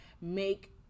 make